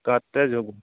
कतए